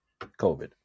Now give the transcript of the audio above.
covid